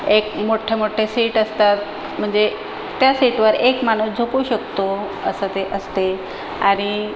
एक मोठ्ठे मोठ्ठे सीट असतात म्हणजे त्या सीटवर एक माणूस झोपू शकतो असं ते असते आणि